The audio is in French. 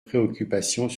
préoccupations